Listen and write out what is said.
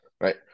right